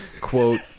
quote